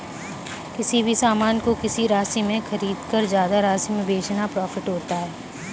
किसी भी सामान को किसी राशि में खरीदकर ज्यादा राशि में बेचना प्रॉफिट होता है